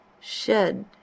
Shed